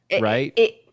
Right